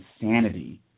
insanity